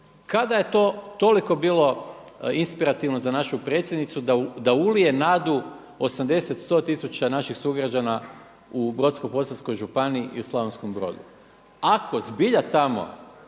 kada je to toliko bilo inspirativno za našu predsjednicu da ulije nadu 80, 100 tisuća naših sugrađana u Brodsko-posavskoj županiji i u Slavonskom Brodu. Ako zbilja tamo